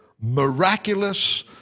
Miraculous